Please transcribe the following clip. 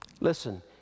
Listen